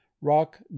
rock